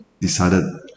decided